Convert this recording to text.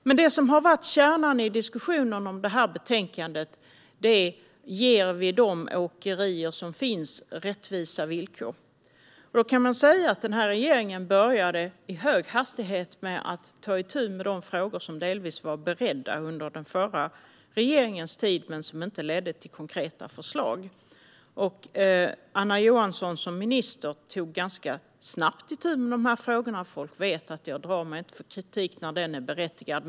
Men det som har varit kärnan i diskussionen i fråga om detta betänkande är: Ger vi de åkerier som finns rättvisa villkor? Denna regering började i hög hastighet med att ta itu med de frågor som delvis var beredda under den förra regeringens tid men som inte lett till konkreta förslag. Anna Johansson tog som minister ganska snabbt itu med de frågorna. Folk vet att jag inte drar mig för att ge kritik när den är berättigad.